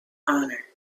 honor